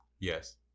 Yes